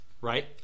Right